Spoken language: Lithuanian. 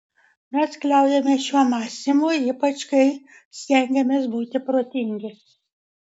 mes kliaujamės šiuo mąstymu ypač kai stengiamės būti protingi